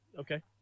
Okay